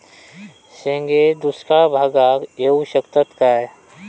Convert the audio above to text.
शेंगे दुष्काळ भागाक येऊ शकतत काय?